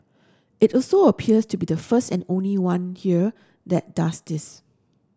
it also appears to be the first and only one here that does this